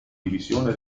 divisione